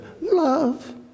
love